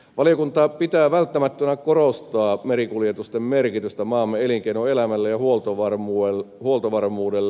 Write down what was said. valiokunta pitää välttämättömänä korostaa merikuljetusten merkitystä maamme elinkeinoelämälle ja huoltovarmuudelle